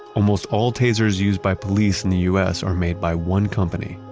almost all tasers used by police in the us are made by one company,